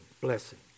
blessing